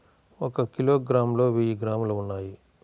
ఒక కిలోగ్రామ్ లో వెయ్యి గ్రాములు ఉన్నాయి